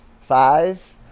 Five